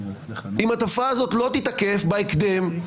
אם התופעה הזאת לא תתקף בהקדם,